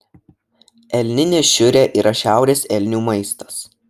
elninė šiurė yra šiaurės elnių maistas